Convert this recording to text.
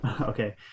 Okay